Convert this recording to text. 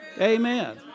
Amen